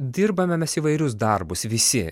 dirbame mes įvairius darbus visi